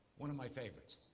one of my favorites.